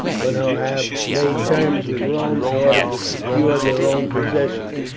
but who have made terms with rome in order to secure their own possessions.